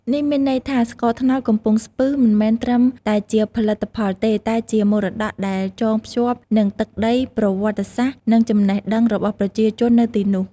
នេះមានន័យថាស្ករត្នោតកំពង់ស្ពឺមិនមែនត្រឹមតែជាផលិតផលទេ តែជាមរតកដែលចងភ្ជាប់នឹងទឹកដី ប្រវត្តិសាស្ត្រ និងចំណេះដឹងរបស់ប្រជាជននៅទីនោះ។